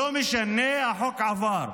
לא משנה, החוק עבר.